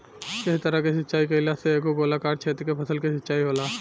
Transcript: एह तरह के सिचाई कईला से एगो गोलाकार क्षेत्र के फसल के सिंचाई होला